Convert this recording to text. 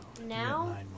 Now